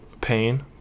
pain